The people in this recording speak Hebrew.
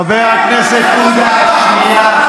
אתה משקר, חבר הכנסת עודה, שנייה.